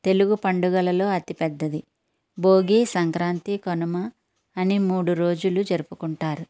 తెలుగు పండుగలలో అతిపెద్దది భోగి సంక్రాంతి కనుమ అని మూడు రోజులు జరుపుకుంటారు